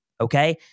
okay